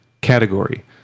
category